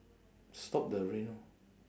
stop the rain orh